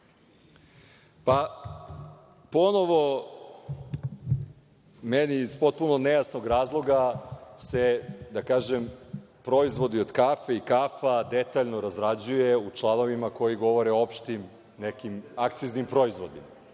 Ponovo meni, iz potpuno nejasnog razloga se, da kažem, proizvodi od kafe i kafa detaljno razrađuje u članovima koji govore o opštim nekim akciznim proizvodima. Znači,